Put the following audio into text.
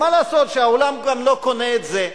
אבל מה לעשות שהעולם גם לא קונה את זה.